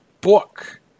Book